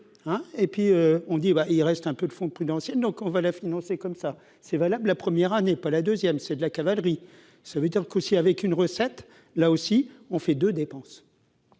et puis on dit bah, il reste un peu le fond prudentielles, donc on va la financer comme ça, c'est valable la première année, pas la deuxième, c'est de la cavalerie, ça veut dire qu'aussi, avec une recette, là aussi, on fait de dépenses.